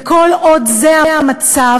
וכל עוד זה המצב,